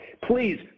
Please